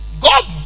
god